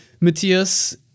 Matthias